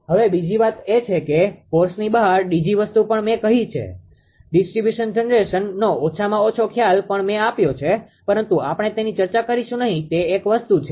હવે બીજી વાત એ છે કે કોર્સની બહાર DG વસ્તુ પણ મે કહી છે ડીસ્ટ્રીબ્યુશન જનરેશનનો ઓછામાં ઓછો ખ્યાલ પણ મે આપ્યો છે પરંતુ આપણે તેની ચર્ચા કરીશું નહીં તે એક વસ્તુ છે